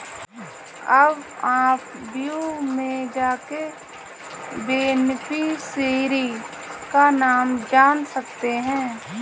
अब आप व्यू में जाके बेनिफिशियरी का नाम जान सकते है